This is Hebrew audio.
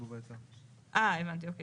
אוקיי.